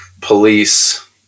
police